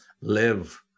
live